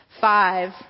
five